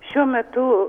šiuo metu